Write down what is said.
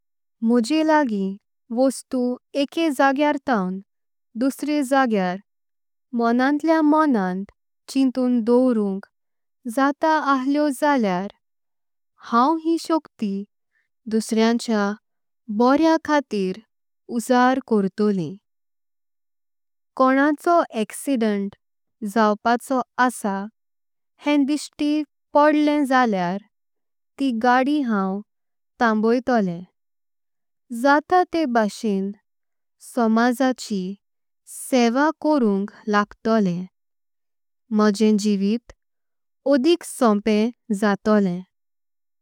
मोजे लागीं वस्तु एक जागेार थांव दुसरे जागेार मॊनांतल्या। मॊनात चिंतून डॊवरुंक जाता अहलियो जाल्यार हांव ही। शक्ती दुसरेआंचेआ बोरें खातीर उजाड कोर्तॊलिं कोंणाचॊ। अॅक्सिडेंट जावपाचॊ आसा हें दिष्टि पडॊत जाल्यार ती। गाडी हांव तांबॊइतॊलिं जाता ते भाषेनि समाजाची सेवा। कॊरुंक लागतॊलिं मोजे जीवित ओडिक सॊंपे जातॊलिं।